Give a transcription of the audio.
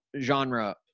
genre